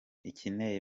ikeneye